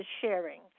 sharing